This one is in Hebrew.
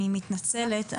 אני מתנצלת,